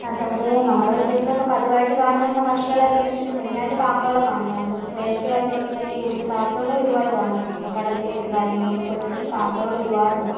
അതായത് നമ്മുടെ പ്രദേശത്തൊക്കെ പതിവായിട്ട് കാണപ്പെടുന്ന പക്ഷികളേതൊക്കെയാണെന്ന് വച്ചാൽ മെയിനായിട്ട് കാക്കകൾ കാണും കാരണം എന്ന് വച്ചാൽ വേസ്റ്റ് കാര്യങ്ങളൊക്കെ ഉണ്ടെങ്കിൽ കൂടുതലും കാക്കകൾ ഒരുപാട് കാണാറുണ്ട് ഇപ്പോൾ കടൽ തീരത്ത് കാര്യങ്ങളിലൊക്കെ പോയിട്ടുണ്ടെങ്കിൽ കാക്കകൾ ഒരുപാടുണ്ടാകും